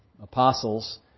apostles